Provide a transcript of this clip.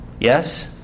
Yes